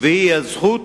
והיא הזכות